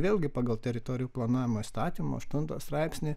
vėlgi pagal teritorijų planavimo įstatymo aštuntą straipsnį